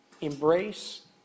Embrace